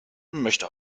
möchte